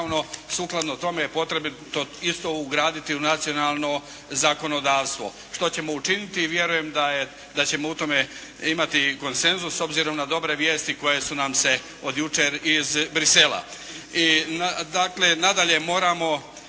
sukladno tome je potrebito isto ugraditi u nacionalno zakonodavstvo što ćemo učiniti i vjerujem da ćemo u tome imati konsenzus s obzirom na dobre vijesti koje su nam se od jučer iz Bruxellesa.